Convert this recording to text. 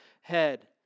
head